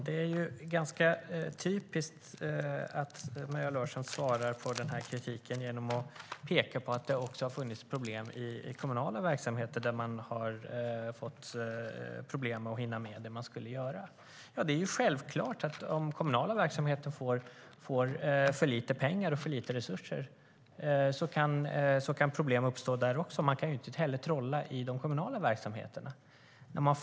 Herr talman! Det är ganska typiskt att Maria Larsson svarar på kritiken genom att peka på att det också i kommunala verksamheter har funnits problem med att hinna med det man ska göra. Om den kommunala verksamheten får för lite pengar så kan problem självklart uppstå där också. Inte heller de kommunala verksamheterna kan trolla.